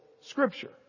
Scripture